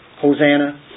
Hosanna